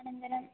अनन्तरम्